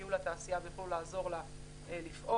יגיעו לתעשייה ויוכלו לעזור לה לפעול.